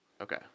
Okay